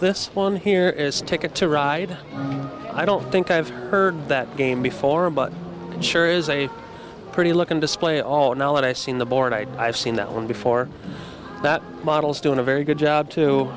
this one here is ticket to ride i don't think i've heard that game before but it sure is a pretty looking display all knowledge i've seen the board i have seen that one before that model's doing a very good job too